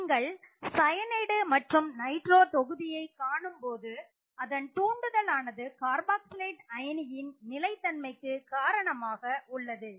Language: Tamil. நீங்கள் சயனைடு மற்றும் நைட்ரோ தொகுதியை காணும்போது அதன் தூண்டுதல் ஆனது கார்பாக்சிலேட் அயனியின் நிலை தன்மைக்கு காரணமாக உள்ளது